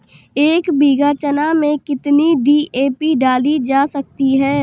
एक बीघा चना में कितनी डी.ए.पी डाली जा सकती है?